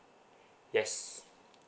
yes